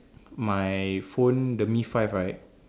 my phone the mi-five right